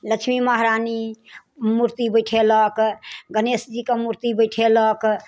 लक्ष्मी महरानी मूर्ति बैठेलक गणेश जीके मूर्ति बैठेलक